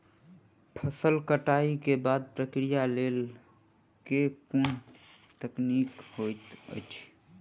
फसल कटाई केँ बादक प्रक्रिया लेल केँ कुन तकनीकी होइत अछि?